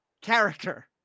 character